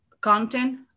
content